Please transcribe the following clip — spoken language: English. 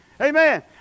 Amen